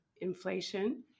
inflation